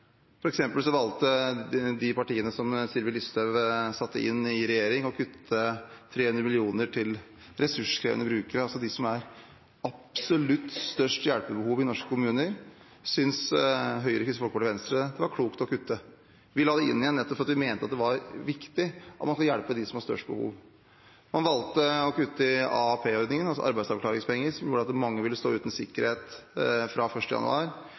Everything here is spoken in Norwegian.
valgte de partiene som Sylvi Listhaug satte inn i regjering, å kutte 300 mill. kr til ressurskrevende brukere, altså de som har absolutt størst hjelpebehov i norske kommuner. Det syntes Høyre, Kristelig Folkeparti og Venstre det var klokt å kutte. Vi la det inn igjen, nettopp fordi vi mente det var viktig at man skal hjelpe dem som har størst behov. Man valgte å kutte i AAP-ordningen, altså arbeidsavklaringspenger, som gjorde at mange ville stå uten sikkerhet fra 1. januar.